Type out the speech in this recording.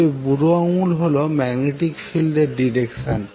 তবে বুড়ো আঙ্গুল হল ম্যাগনেটিক ফিল্ডের ডিরেকশন